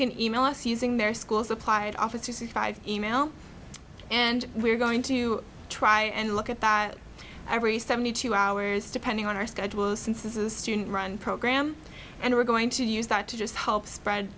can e mail us using their school supplied office you see five e mail and we're going to try and look at that every seventy two hours depending on our schedule since this is a student run program and we're going to use that to just help spread